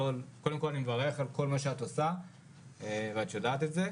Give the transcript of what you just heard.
אני מברך על כל מה שאת עושה ואני מברך על זה,